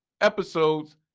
episodes